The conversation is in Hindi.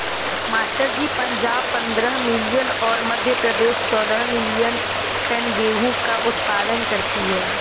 मास्टर जी पंजाब पंद्रह मिलियन और मध्य प्रदेश चौदह मिलीयन टन गेहूं का उत्पादन करती है